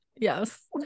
Yes